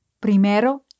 Primero